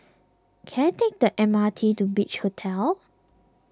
can I take the M R T to Beach Hotel